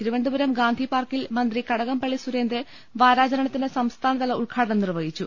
തിരുവനന്തപുരം ഗാന്ധിപാർക്കിൽ മന്ത്രി കടകംപള്ളി സുരേന്ദ്രൻ വാരാചരണത്തിന്റെ സംസ്ഥാനതല ഉദ്ഘാടനം നിർവഹിച്ചു